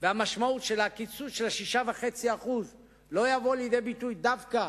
והמשמעות של הקיצוץ של ה-6.5% לא יבואו לידי ביטוי דווקא